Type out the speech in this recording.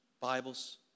Bibles